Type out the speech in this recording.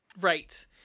Right